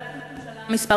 שאילתה מס'